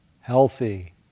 healthy